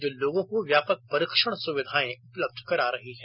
जो लोगों को व्यापक परीक्षण सुविधाएं उपलब्ध करा रही हैं